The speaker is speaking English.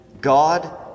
God